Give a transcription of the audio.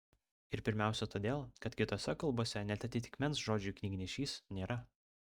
ir pirmiausia todėl kad kitose kalbose net atitikmens žodžiui knygnešys nėra